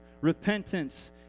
repentance